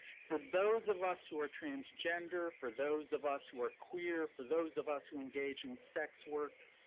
for those of us who are transgender, for those of us who are queer, for those of us who engage in sex work,